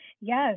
Yes